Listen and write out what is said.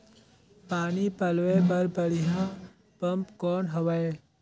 पानी पलोय बर बढ़िया पम्प कौन हवय?